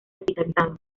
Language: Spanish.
hospitalizado